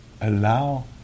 allow